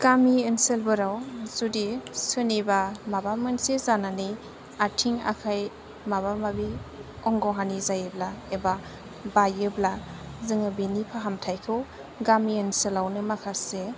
गामि ओनसोलफोराव जुदि सोरनिबा माबा मोनसे जानानै आथिं आखाय माबा माबि अंग' हानि जायोब्ला एबा बायोब्ला जोङो बेनि फाहामथायखौ गामि ओनसोलावनो माखासे